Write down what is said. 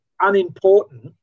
unimportant